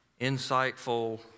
insightful